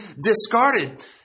discarded